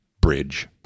Bridge